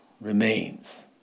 remains